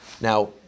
Now